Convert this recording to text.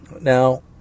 Now